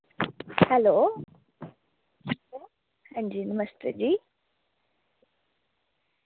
hello अंजी नमस्ते जी